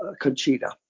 Conchita